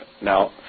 Now